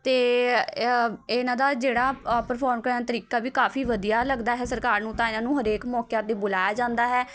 ਅਤੇ ਇਨ੍ਹਾਂ ਦਾ ਜਿਹੜਾ ਪਰਫੋਮ ਕਰਨ ਦਾ ਤਰੀਕਾ ਵੀ ਕਾਫ਼ੀ ਵਧੀਆ ਲੱਗਦਾ ਹੈ ਸਰਕਾਰ ਨੂੰ ਤਾਂ ਇਨ੍ਹਾਂ ਨੂੰ ਹਰੇਕ ਮੌਕਿਆਂ 'ਤੇ ਬੁਲਾਇਆ ਜਾਂਦਾ ਹੈ